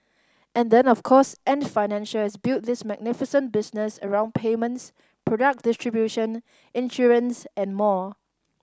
and then of course Ant Financial has built this magnificent business around payments product distribution insurance and more